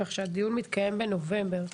כך שהדיון מתקיים בנובמבר.